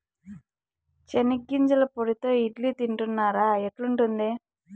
చెనిగ్గింజల పొడితో ఇడ్లీ తింటున్నారా, ఎట్లుంది